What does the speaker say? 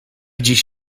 dziś